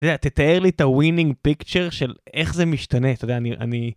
אתה יודע, תתאר לי את ה-winning picture של איך זה משתנה, אתה יודע, אני...